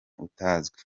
utazwi